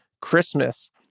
Christmas